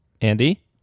Andy